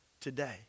today